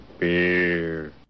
Beer